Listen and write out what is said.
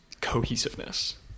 cohesiveness